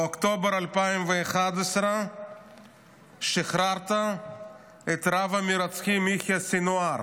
באוקטובר 2011 שחררת את רב-המרצחים יחיא סנוואר